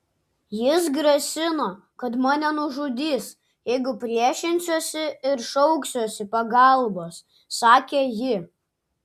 jis grasino kad mane nužudys jeigu priešinsiuosi ir šauksiuosi pagalbos sakė ji